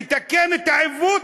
לתקן את העיוות,